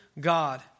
God